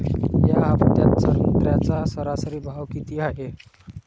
या हफ्त्यात संत्र्याचा सरासरी भाव किती हाये?